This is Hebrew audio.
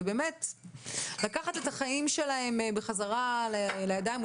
לקחת את החיים שלהם בחזרה לידיים,